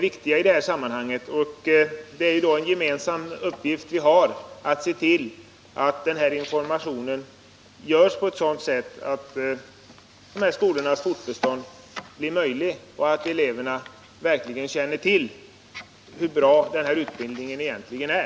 Vi har gemensam uppgift att se till att denna information ges på ett sådant sätt att skolornas fortbestånd möjliggörs och att eleverna verkligen får kännedom om hur bra denna utbildning egentligen är.